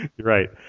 right